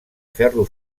ferro